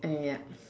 ya